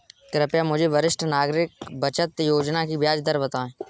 कृपया मुझे वरिष्ठ नागरिक बचत योजना की ब्याज दर बताएं